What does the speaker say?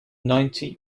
ninety